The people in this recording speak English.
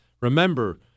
remember